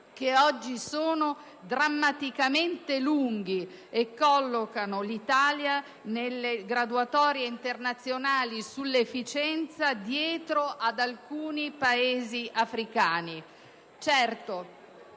che oggi sono drammaticamente lunghi e collocano l'Italia nelle graduatorie internazionali sull'efficienza dietro ad alcuni Paesi africani.